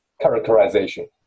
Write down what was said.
characterization